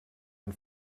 and